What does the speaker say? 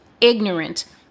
ignorant